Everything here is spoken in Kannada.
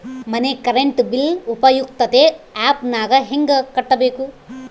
ಮನೆ ಕರೆಂಟ್ ಬಿಲ್ ಉಪಯುಕ್ತತೆ ಆ್ಯಪ್ ನಾಗ ಹೆಂಗ ಕಟ್ಟಬೇಕು?